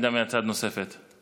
עמדה נוספת מהצד.